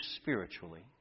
spiritually